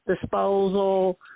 disposal